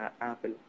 Apple